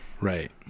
Right